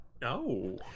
No